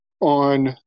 on